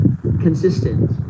consistent